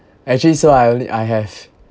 actually so I only I have